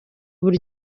buri